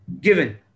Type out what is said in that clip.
Given